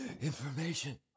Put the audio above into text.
information